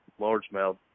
largemouth